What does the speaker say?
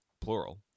plural